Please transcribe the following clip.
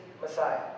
Messiah